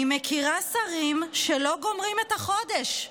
אני מכירה שרים שלא גומרים את החודש,